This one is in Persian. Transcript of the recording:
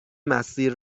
مسیر